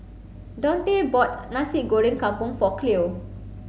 Daunte bought Nasi Goreng Kampung for Cleo